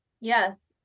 Yes